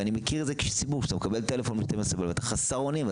ואני מכיר את הסיפור כי כשאתה מקבל טלפון ב-12 בלילה אתה חסר אונים.